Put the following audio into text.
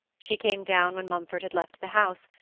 she came down when mumford had left the house,